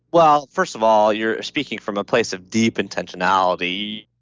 well, first of all, you're speaking from a place of deep intentionality.